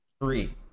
Three